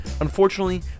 Unfortunately